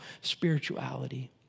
spirituality